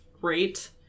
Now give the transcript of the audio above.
great